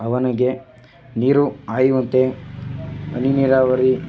ಅವನಿಗೆ ನೀರು ಹಾಯುವಂತೆ ಹನಿ ನೀರಾವರಿ